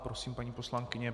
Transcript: Prosím, paní poslankyně.